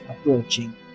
approaching